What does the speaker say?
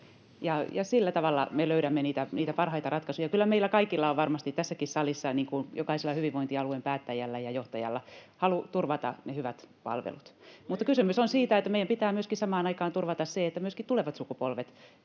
Sillä tavalla me löydämme niitä parhaita ratkaisuja. Kyllä meillä kaikilla on varmasti tässäkin salissa, niin kuin jokaisella hyvinvointialueen päättäjällä ja johtajalla, halu turvata ne hyvät palvelut, mutta kysymys on siitä, että meidän pitää samaan aikaan turvata myöskin se, että myöskin tulevat sukupolvet